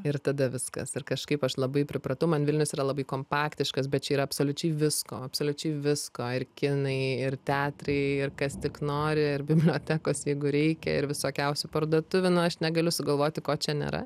ir tada viskas ir kažkaip aš labai pripratau man vilnius yra labai kompaktiškas bet čia yra absoliučiai visko absoliučiai visko ir kinai ir teatrai ir kas tik nori ir bibliotekos jeigu reikia ir visokiausių parduotuvių nu aš negaliu sugalvoti ko čia nėra